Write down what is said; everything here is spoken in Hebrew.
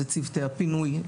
אלה צוותי הפינוי.